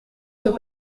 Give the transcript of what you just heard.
sur